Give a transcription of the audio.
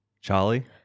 charlie